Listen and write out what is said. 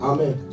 Amen